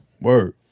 Word